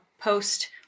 post